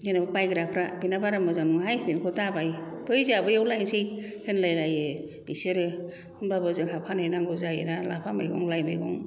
जेन'बा बायग्राफ्रा बेना बारा मोजां नङाहाय बेनिखौ दाबाय फै जोंहा बैयाव लायसै होनलाय लायो बिसोरो होनबाबो जोंहा फानैनांगौ जायो ना लाफा मैगं लाइ मैगं